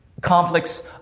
conflicts